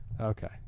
Okay